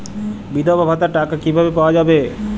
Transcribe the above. বিধবা ভাতার টাকা কিভাবে পাওয়া যাবে?